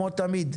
כמו תמיד,